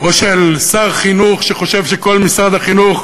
או של שר חינוך שחושב שכל משרד החינוך